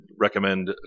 recommend